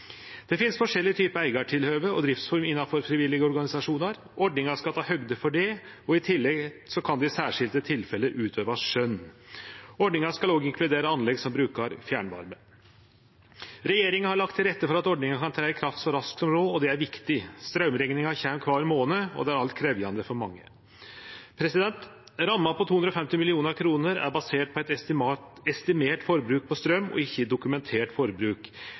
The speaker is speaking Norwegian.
Det finst forskjellige typar eigartilhøve og driftsformer innanfor frivillige organisasjonar. Ordninga skal ta høgde for det, og i tillegg kan det i særskilde tilfelle utøvast skjønn. Ordninga skal òg inkludere anlegg som brukar fjernvarme. Regjeringa har lagt til rette for at ordninga kan tre i kraft så raskt som råd, og det er viktig. Straumrekninga kjem kvar månad, og det er alt krevjande for mange. Ramma på 250 mill. kr er basert på eit estimert forbruk av straum, og ikkje dokumentert forbruk.